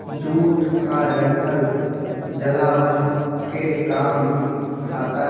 jute का डंठल जलावन के काम भी आता है